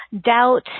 doubt